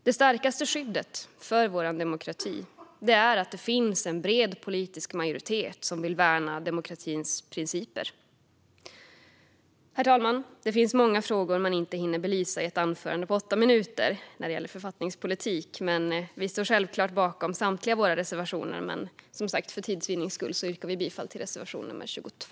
Det starkaste skyddet för vår demokrati är att det finns en bred politisk majoritet som vill värna demokratins principer. Herr talman! När det gäller författningspolitik finns det många frågor man inte hinner belysa i ett anförande på åtta minuter. Vi står självklart bakom samtliga våra reservationer, men för tids vinnande yrkar vi som sagt bifall endast till reservation nummer 22.